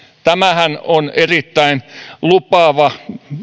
tämähän on erittäin lupaavaa